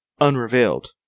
Unrevealed